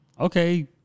Okay